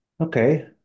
Okay